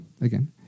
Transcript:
again